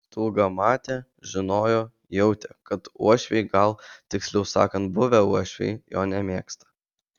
stulga matė žinojo jautė kad uošviai gal tiksliau sakant buvę uošviai jo nemėgsta